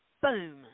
Boom